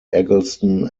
eggleston